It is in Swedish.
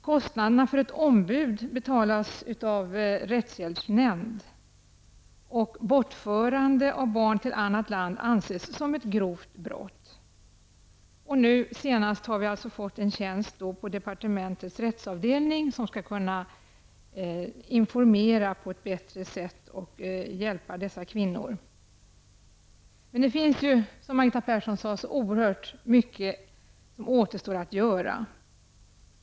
Kostnaden för ett ombud betalas av rättshjälpsnämnd, och bortförande av barn till annat land anses som ett grovt brott. Nu senast har vi fått en tjänst på departementets rättsavdelning för att man skall kunna informera och hjälpa dessa kvinnor på ett bättre sätt. Men det finns, som Margareta Persson sade, så oerhört mycket som återstår att göra.